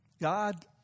God